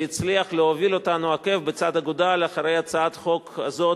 שהצליח להוביל אותנו עקב בצד אגודל אחרי הצעת החוק הזאת,